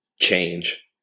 change